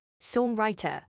songwriter